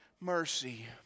mercy